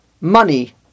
money